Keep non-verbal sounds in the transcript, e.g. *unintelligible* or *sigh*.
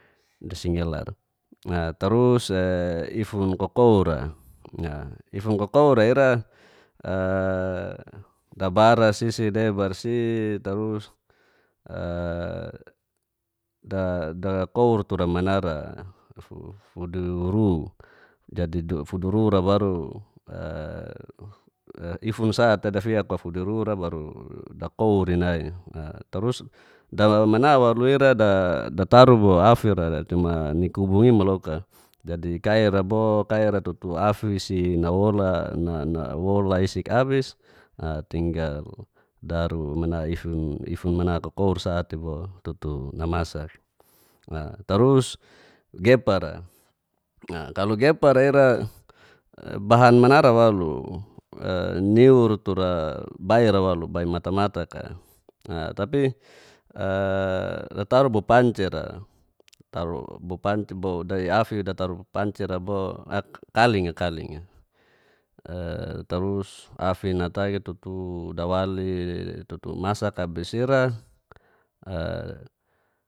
Daringelar tarus *hesitation* ifun kokoura, ifunkokoura ira *hesitation* dabaras;i debarsi tarus *hesitation* dakour tura manara fuduru jada dua fudurura baru *hesitation* ifun sa'te dafiak wa fudurura baru da kouri nai tarus daman mana wlau ira *hesitation* dataru wa afira cuma ni kubung i'moloka jadi kaira bo, kaira tutu afisi *hesitation* nawola isik abis a tinggal daru ifun kokour sa'te bo tutu namasak tarus gepara *noise* kalo gepara ira bahan manara waalu niur tura *hesitation* baira walu bai matamatak'a *hesitation* dataru bo pancira *unintelligible* kaliana kaling'a tarus afi natagi tutu dawali dawali tutu mask abis ira. *hesitation*